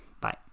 Bye